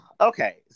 Okay